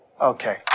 Okay